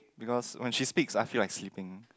because when she speaks I feel like sleeping